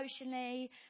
emotionally